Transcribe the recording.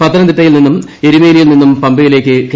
പത്തനംതിട്ടയിൽ നിന്നും എരുമേലിയിൽ നിന്നും പമ്പയിലേക്ക് കെ